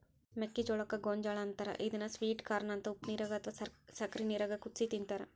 ಮೆಕ್ಕಿಜೋಳಕ್ಕ ಗೋಂಜಾಳ ಅಂತಾರ ಇದನ್ನ ಸ್ವೇಟ್ ಕಾರ್ನ ಅಂತ ಉಪ್ಪನೇರಾಗ ಅತ್ವಾ ಸಕ್ಕರಿ ನೇರಾಗ ಕುದಿಸಿ ತಿಂತಾರ